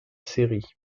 série